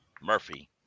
Murphy